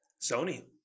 Sony